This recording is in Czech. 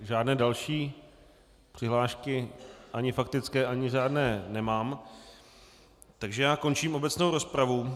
Žádné další přihlášky, ani faktické, ani řádné nemám, takže končím obecnou rozpravu.